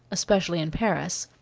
especially in paris.